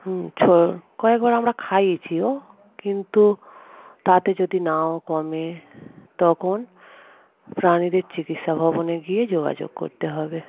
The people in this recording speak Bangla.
হুম ছো কয়েকবার আমরা খাইয়েছিও কিন্তু তাতে যদি নাও কমে তখন প্রাণীদের চিকিৎসা ভবনে গিয়ে যোগাযোগ করতে হবে